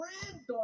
granddaughter